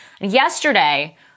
Yesterday